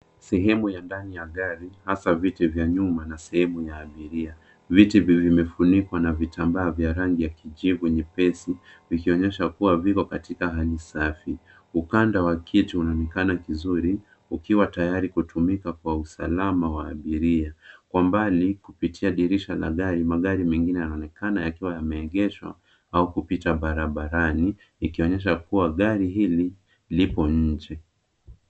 Sehemu ya ndani ya gari hasa viti vya nyuma na sehemu ya abiria. Viti vimefunikwa na vitambaa vya rangi ya kijivu nyepesi vikionyesha kuwa viko katika hali safi. Ukanda wa kitu unaonekana kizuri ukiwa tayari kutumika kwa usalama wa abiria. Kwa mbali kupitia dirisha la gari magari mengine yanaonekana yakiwa yameegeshwa au kupita barabarani ikionyesha kuwa gari hili lipo nje.